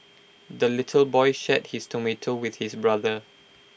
the little boy shared his tomato with his brother